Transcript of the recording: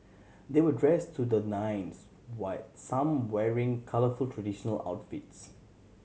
they were dressed to the nines white some wearing colourful traditional outfits